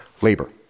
labor